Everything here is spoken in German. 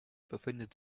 befindet